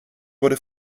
wurde